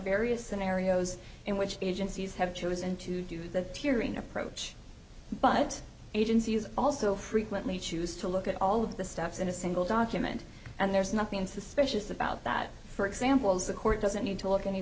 various scenarios in which agencies have chosen to do the tearing approach but agencies also frequently choose to look at all of the steps in a single document and there's nothing suspicious about that for example as the court doesn't need to look any